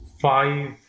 five